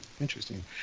Interesting